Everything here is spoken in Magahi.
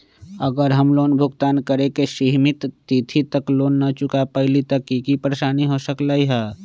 अगर हम लोन भुगतान करे के सिमित तिथि तक लोन न चुका पईली त की की परेशानी हो सकलई ह?